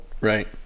Right